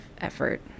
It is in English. effort